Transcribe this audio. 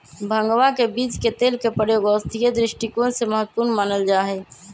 भंगवा के बीज के तेल के प्रयोग औषधीय दृष्टिकोण से महत्वपूर्ण मानल जाहई